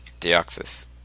Deoxys